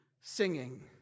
singing